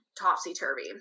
topsy-turvy